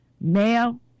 male